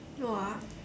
!wah!